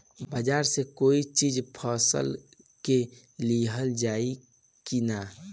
बाजार से कोई चीज फसल के लिहल जाई किना?